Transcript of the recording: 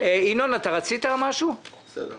תודה רבה.